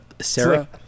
Sarah